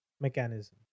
mechanism